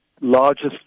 largest